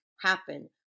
happen